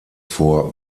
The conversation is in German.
vor